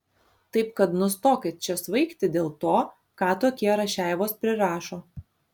taip kad nustokit čia svaigti dėl to ką tokie rašeivos prirašo